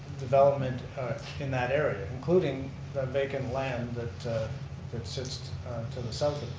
development in that area, including the vacant land that that sits to the south of